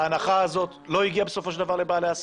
ההנחה הזאת לא הגיעה בסופו של דבר לבעלי עסקים.